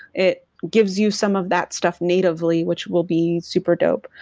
it gives you some of that stuff natively which will be super dope.